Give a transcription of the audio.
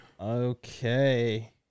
Okay